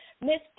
Miss